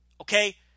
Okay